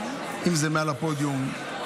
אם זה מעל הפודיום,